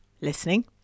Listening